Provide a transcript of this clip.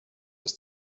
his